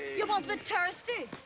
you must be thirsty.